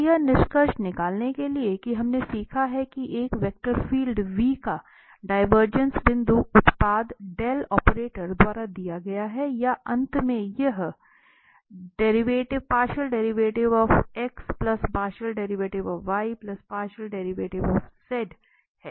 और यह निष्कर्ष निकालने के लिए कि हमने सीखा है कि एक वेक्टर फील्ड का डिवरजेंसइस बिंदु उत्पाद द्वारा दिया गया है या अंत में यह है